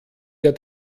der